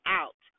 out